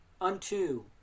unto